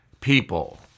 people